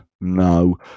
No